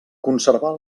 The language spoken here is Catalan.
conservar